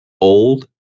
old